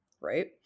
right